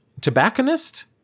tobacconist